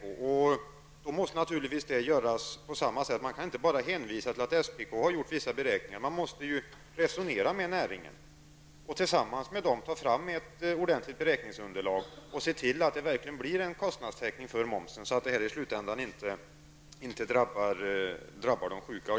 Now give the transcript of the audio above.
Då måste det naturligtvis göras på samma sätt. Man kan inte bara hänvisa till att SPK har gjort vissa beräkningar. Man måste resonera med näringen och tillsammans med den ta fram ett ordentligt beräkningsunderlag och se till att det verkligen blir en kostnadstäckning för momsen, så att det här i slutändan inte drabbar de sjuka.